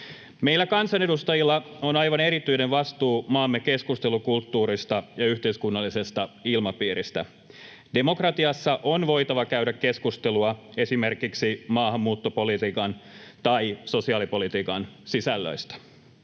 Meillä kansanedustajilla on aivan erityinen vastuu maamme keskustelukulttuurista ja yhteiskunnallisesta ilmapiiristä. Demokratiassa on voitava käydä keskustelua esimerkiksi maahanmuuttopolitiikan tai sosiaalipolitiikan sisällöistä,